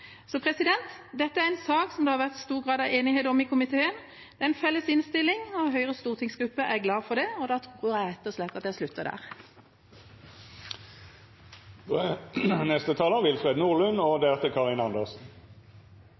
Dette er en sak som det har vært stor grad av enighet om i komiteen, og det er en felles innstilling. Høyres stortingsgruppe er glad for det, og da tror jeg rett og slett at jeg slutter